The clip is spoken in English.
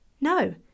No